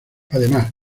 además